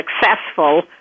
successful